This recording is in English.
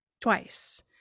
twice